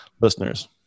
listeners